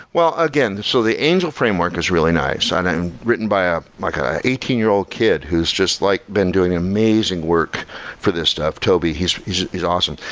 well, again, so the angular framework is really nice. written by ah like ah an eighteen year old kid who's just like been doing amazing work for this stuff, toby. he's he's awesome.